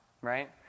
Right